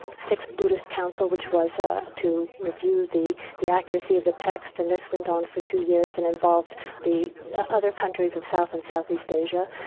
sixth buddhist council, which was ah to review the the accuracy of the text. and this went on for two years and involved the other countries of south and southeast asia.